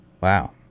Wow